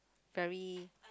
very